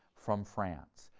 from france,